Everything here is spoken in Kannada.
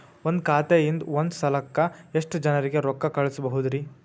ಒಂದ್ ಖಾತೆಯಿಂದ, ಒಂದ್ ಸಲಕ್ಕ ಎಷ್ಟ ಜನರಿಗೆ ರೊಕ್ಕ ಕಳಸಬಹುದ್ರಿ?